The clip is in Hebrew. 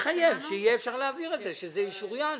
שתתחייב שיהיה אפשר להעביר את זה וזה ישוריין.